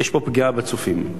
יש פה פגיעה בצופים.